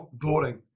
boring